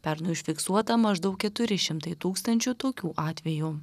pernai užfiksuota maždaug keturi šimtai tūkstančių tokių atvejų